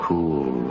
Cool